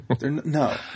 No